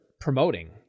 promoting